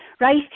right